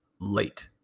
late